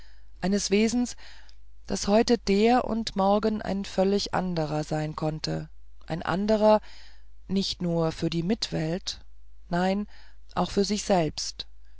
eines wesens das heute der und morgen ein völlig anderer sein kann ein anderer nicht nur für die mitwelt nein auch für sich selbst